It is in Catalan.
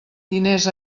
diners